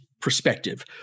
perspective